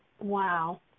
Wow